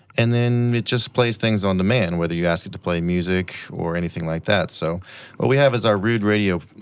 and then it just plays things on demand, whether you ask it to play music, or anything like that. so what we have is our rood radio,